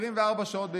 24 שעות ביממה,